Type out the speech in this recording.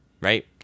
right